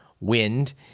wind